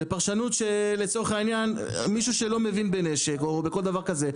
לפרשנות שלצורך העניין מישהו שלא מבין בנשק או בכל דבר כזה,